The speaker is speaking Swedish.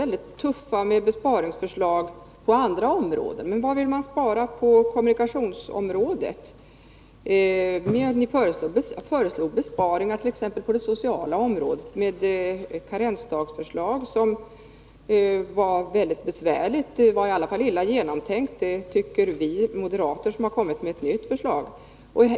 väldigt tuff med besparingsförslag på andra områden, men vad vill man spara på när det gäller kommunikationsområdet? Ni föreslog besparingar t.ex. på det sociala området med ett karensdagsförslag, vars konstruktion vi ansåg illa genomtänkt men ändå stödde av besparingsskäl. Vi moderater har senare kommit med ett nytt förslag.